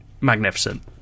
magnificent